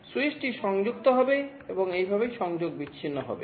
স্যুইচটি সংযুক্ত হবে এবং এইভাবে সংযোগ বিচ্ছিন্ন হবে